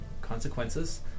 consequences